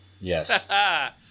yes